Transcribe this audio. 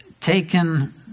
taken